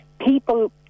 People